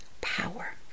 power